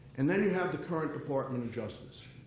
and then you have the current department of justice.